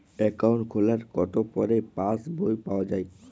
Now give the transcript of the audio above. Account খোলার কতো পরে পাস বই পাওয়া য়ায়?